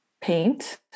paint